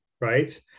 right